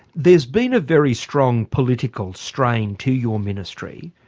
there's been a very strong political strain to your ministry.